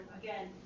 again